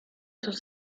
sus